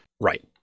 Right